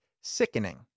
Sickening